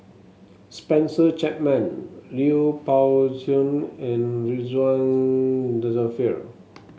Spencer Chapman Lui Pao Chuen and Ridzwan Dzafir